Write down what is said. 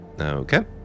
Okay